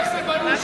חבר מביא חבר.